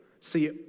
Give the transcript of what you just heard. see